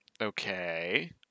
Okay